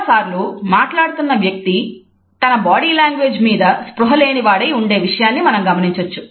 చాలాసార్లు మాట్లాడుతున్న వ్యక్తి తన బాడీ లాంగ్వేజ్ మీద స్పృహ లేని వాడై ఉండే విషయాన్నిమనం గమనించొచ్చు